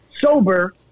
sober